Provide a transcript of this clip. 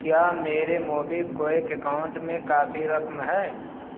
کیا میرے MobiKwik account میں کافی رقم ہے